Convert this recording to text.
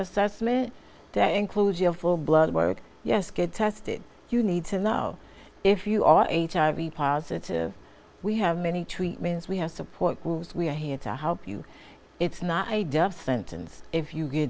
assessment that includes your full blood work yes get tested you need to know if you are positive we have many treatments we have support we are here to help you it's not a death sentence if you get